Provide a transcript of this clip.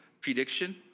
Prediction